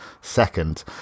second